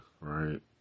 right